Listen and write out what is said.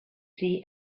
see